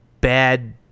bad